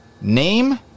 name